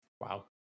Wow